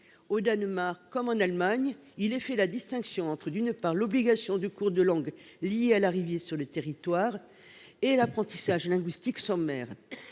Au Danemark comme en Allemagne, la distinction est faite entre l’obligation de cours de langue liée à l’arrivée sur le territoire et l’apprentissage linguistique sommaire,